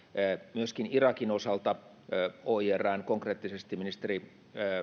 myöskin irakin osalta oirstä konkreettisesti ministeri